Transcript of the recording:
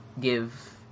give